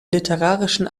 literarischen